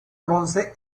bronce